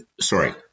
sorry